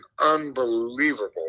unbelievable